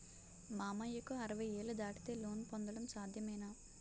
మామయ్యకు అరవై ఏళ్లు దాటితే లోన్ పొందడం సాధ్యమేనా?